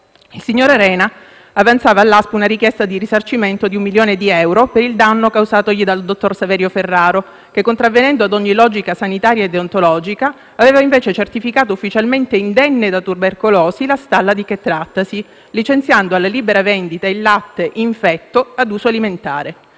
Il signor Arena avanzava all'ASP una richiesta di risarcimento di 1 milione di euro per il danno causatogli dal dottor Saverio Ferraro, che, contravvenendo ad ogni logica sanitaria e deontologica, aveva invece certificato ufficialmente indenne da tubercolosi la stalla di cui trattasi, licenziando alla libera vendita il latte infetto ad uso alimentare.